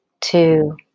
two